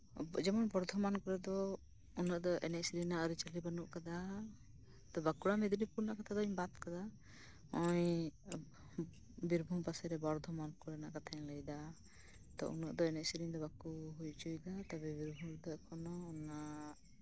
ᱡᱮᱢᱚᱱ ᱵᱚᱨᱫᱷᱟᱱ ᱠᱚᱨᱮ ᱫᱚ ᱩᱱᱟᱹᱜ ᱮᱱᱮᱡ ᱥᱮᱨᱮᱧ ᱨᱮᱭᱟᱜ ᱟᱹᱨᱤᱪᱟᱹᱞᱤ ᱵᱟᱹᱱᱩᱜ ᱠᱟᱫᱟ ᱵᱟᱸᱠᱩᱲᱟ ᱢᱮᱫᱱᱤᱯᱩᱨ ᱚᱱᱛᱮ ᱫᱩᱧ ᱵᱟᱫ ᱠᱟᱫᱟ ᱱᱚᱜ ᱚᱭ ᱵᱤᱨᱵᱷᱩᱢ ᱯᱟᱥᱮᱨᱮ ᱵᱚᱨᱫᱷᱚᱢᱟᱱ ᱨᱮᱱᱟᱜ ᱠᱟᱛᱷᱟᱧ ᱞᱟᱹᱭᱫᱟ ᱛᱳ ᱩᱱᱟᱹᱜ ᱫᱚ ᱮᱱᱮᱡ ᱥᱮᱨᱮᱧ ᱫᱚ ᱵᱟᱠᱚ ᱦᱩᱭ ᱦᱚᱪᱚᱭᱫᱟ ᱛᱚᱠᱷᱚᱱ ᱚᱱᱟ